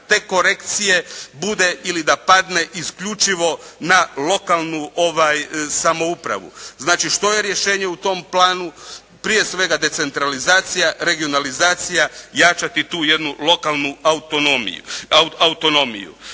udar te korekcije bude, ili da padne isključivo na lokalnu samoupravu. Znači, što je rješenje u tom planu? Prije svega decentralizacija, regionalizacija, jačati tu jednu lokalnu autonomiju.